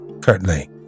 curtly